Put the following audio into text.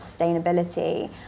sustainability